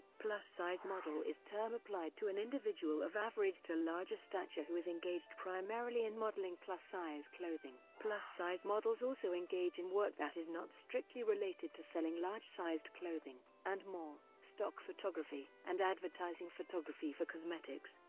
plus-size model is term applied to an individual of average to larger stature who is engaged primarily in modeling plus-size clothing. plus-size models also engage in work that is not strictly related to selling large-sized clothing, and more, stock photography and advertising photography for cosmetics,